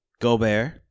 Gobert